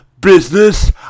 business